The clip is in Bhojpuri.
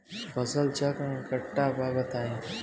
फसल चक्रण कट्ठा बा बताई?